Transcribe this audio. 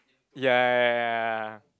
ya ya ya